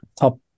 top